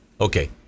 okay